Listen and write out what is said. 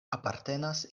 apartenas